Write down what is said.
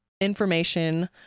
information